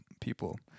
people